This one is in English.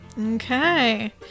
Okay